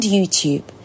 YouTube